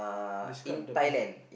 describe the prefect